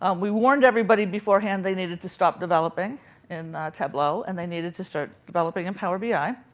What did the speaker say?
and we warned everybody beforehand they needed to stop developing in tableau, and they needed to start developing in power bi.